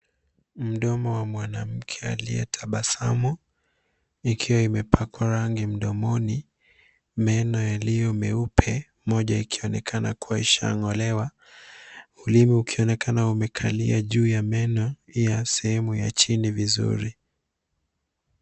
Mdomo wa mwanamke aliyetabasamu ikiwa imepakwa rangi mdomoni, meno yaliyo meupe moja ikionekana kwa ishangolewa ,ulimi ukionekana umekalia juu ya meno ya sehemu ya chini vizuri.